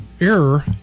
error